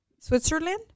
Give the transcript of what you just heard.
Switzerland